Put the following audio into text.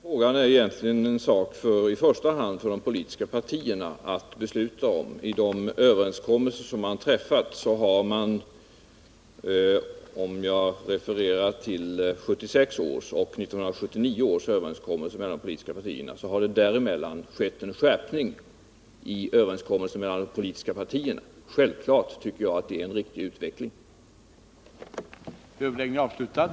Herr talman! Den frågan skall egentligen i första hand de politiska partierna besluta om. Jämfört med 1976 års överenskommelse mellan de politiska partierna har det i 1979 års överenskommelse skett en skärpning. Självklart tycker jag att den utvecklingen är riktig.